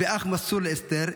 ואח מסור לאסתר,